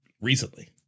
recently